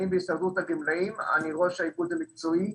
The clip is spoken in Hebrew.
ראש האיגוד המקצועי.